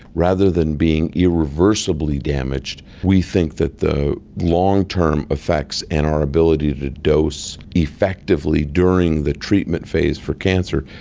rather than being irreversibly damaged, we think that the long-term effects and our ability to dose effectively during the treatment phase for cancer,